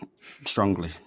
strongly